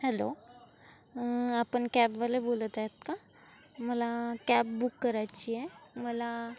hello आपण कॅबवाले बोलत आहेत का मला कॅब बुक करायची आहे मला